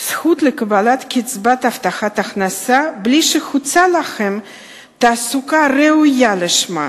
מהם זכות לקבלת קצבה הבטחת הכנסה בלי שהוצעה להם תעסוקה ראויה לשמה.